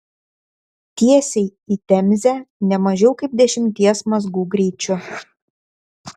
tiesiai į temzę ne mažiau kaip dešimties mazgų greičiu